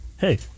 hey